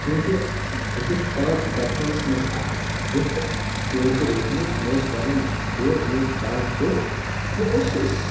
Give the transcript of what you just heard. چوٗنکہ بہٕ چھُس پانہٕ بچپَنَس مَنٛز اَکھ ویٛوٹھ لٔڑکہٕ روٗدمُت مےٚ اوس وَزَن ژوٚر مےٚ اوس فیٹ ژوٚر بہٕ اوسُس